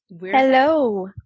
Hello